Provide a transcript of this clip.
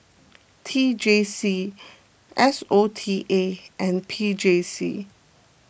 T J C S O T A and P J C